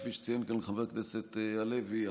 וכפי שציין כאן חבר הכנסת הלוי,